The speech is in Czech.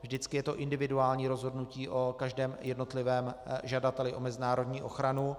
Vždycky je to individuální rozhodnutí o každém jednotlivém žadateli o mezinárodní ochranu.